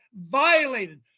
violated